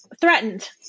threatened